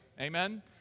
Amen